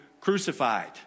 crucified